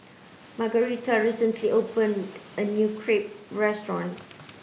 Margarita recently opened a new Crepe restaurant